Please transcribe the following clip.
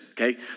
okay